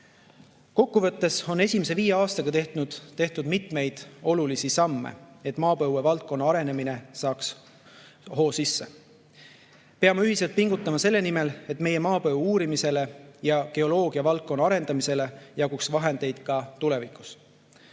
Kokkuvõttes on esimese viie aastaga tehtud mitmeid olulisi samme, et maapõuevaldkonna arendamine saaks hoo sisse. Peame ühiselt pingutama selle nimel, et meie maapõue uurimisele ja geoloogiavaldkonna arendamisele jaguks vahendeid ka tulevikus.